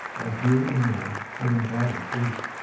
and here and there an embattled gate,